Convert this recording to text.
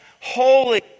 holy